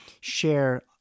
share